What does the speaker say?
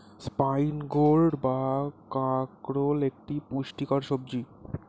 spine gourd বা কাঁকরোল একটি পুষ্টিকর সবজি